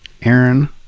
Aaron